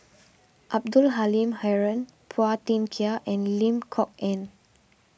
Abdul Halim Haron Phua Thin Kiay and Lim Kok Ann